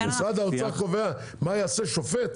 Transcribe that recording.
משרד האוצר קובע מה יעשה שופט?